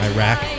Iraq